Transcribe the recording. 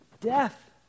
death